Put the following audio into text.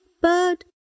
bird